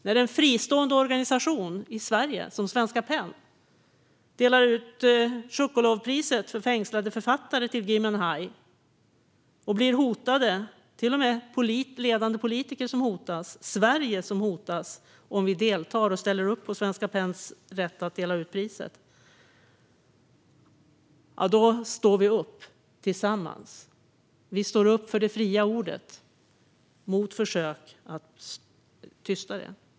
När en fristående organisation i Sverige, Svenska PEN, delar ut Tucholskypriset för fängslade författare till Gui Minhai och blir hotad, när till och med ledande politiker hotas, när Sverige hotas om vi deltar och ställer upp på Svenska PEN:s rätt att dela ut priset, då står vi upp tillsammans. Vi står upp för det fria ordet, mot försök att tysta det.